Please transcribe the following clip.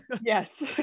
Yes